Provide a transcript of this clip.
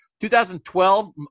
2012